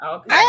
Okay